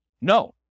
No